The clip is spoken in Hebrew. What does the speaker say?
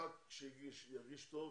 חבר הכנסת שהגיש ירגיש טוב.